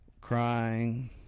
Crying